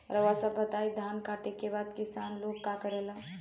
रउआ सभ बताई धान कांटेके बाद किसान लोग का करेला?